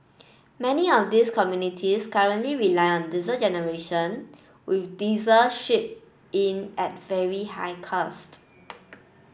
many of these communities currently rely on diesel generation with diesel shipped in at very high cost